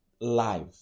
life